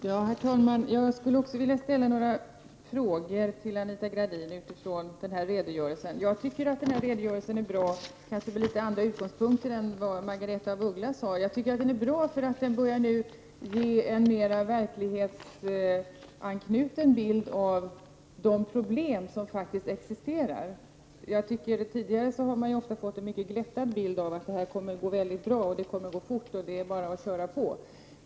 Herr talman! Jag vill också ställa några frågor till Anita Gradin med anledning av den här redogörelsen. Jag tycker att denna redogörelse är bra, kanske utifrån litet andra utgångspunkter än de Margaretha af Ugglas har. Det är bra att man nu börjar ge en litet mer verklighetsanknuten bild av de problem som faktiskt existerar. Tidigare har man ofta fått en mycket glättad bild av att detta kommer att gå mycket bra och fort och att det bara var att köra på.